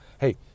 hey